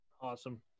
Awesome